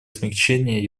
смягчения